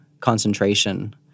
concentration